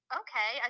okay